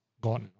God